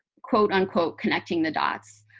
quote-unquote connecting the dots.